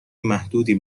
محدودی